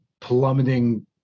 plummeting